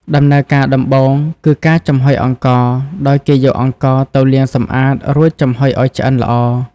ដំណើរការដំបូងគឺ ការចំហុយអង្ករ ដោយគេយកអង្ករទៅលាងសម្អាត រួចចំហុយឱ្យឆ្អិនល្អ។